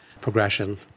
progression